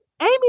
Amy